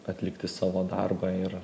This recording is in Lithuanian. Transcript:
atlikti savo darbą ir